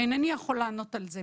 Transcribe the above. אינני יכול לענות על זה.